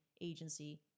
agency